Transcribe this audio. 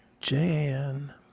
Jan